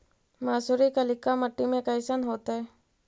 मसुरी कलिका मट्टी में कईसन होतै?